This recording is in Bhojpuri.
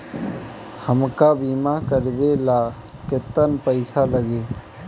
हमका बीमा करावे ला केतना पईसा लागी?